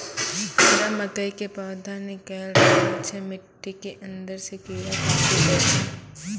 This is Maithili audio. हमरा मकई के पौधा निकैल रहल छै मिट्टी के अंदरे से कीड़ा काटी दै छै?